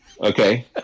Okay